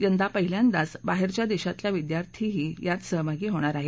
यंदा पहिल्यांदाच बाहेरच्या देशातल्या विद्यार्थ्याही यात सहभागी होणार आहेत